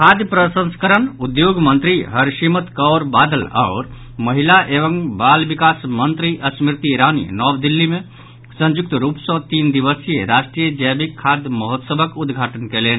खाद्य प्रसंस्करण उद्योग मंत्री हरसिमत कौर बादल आओर महिला एवं वाल विकास मंत्री स्मृति ईरानी नव दिल्ली मे संयुक्त रूप सँ तीन दिवसीय राष्ट्रीय जैविक खाद्य महोत्सवक उद्घाटन कयलनि